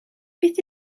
beth